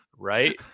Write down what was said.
right